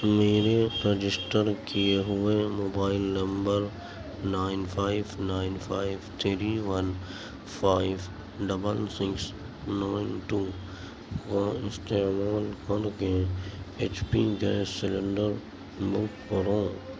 میرے رجسٹر کیے ہوئے mobile number nine five nine five three one five double six nine to کا استعمال کر کے H P gas cylinder book کرو